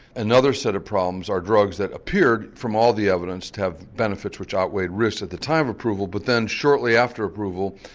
another set of problems are drugs that appeared from all the evidence to have benefits which outweigh risk at the time of approval but then shortly after approval,